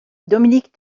dominique